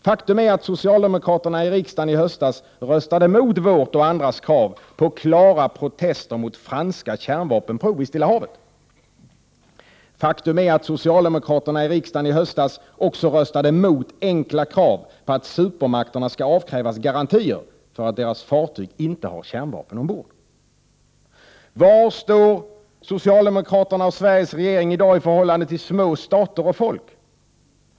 Faktum är att socialdemokraterna i riksdagen i höstas röstade mot vårt och andras krav på klara protester mot franska kärnvapenprov i Stilla havet. Faktum är att socialdemokraterna i riksdagen i höstas också röstade mot enkla krav på att supermakterna skall avkrävas garantier för att deras fartyg inte har kärnvapen ombord. Var står socialdemokraterna och Sveriges regering i dag i förhållande till små stater och folk?